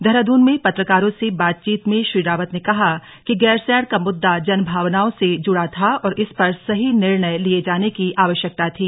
देहरादून में पत्रकारों से बातचीत में श्री रावत ने कहा कि गैरसैण का मुद्दा जनभावनाओं से जुड़ा था और इस पर सही निर्णय लिये जाने की आवश्यकता थी